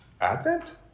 Advent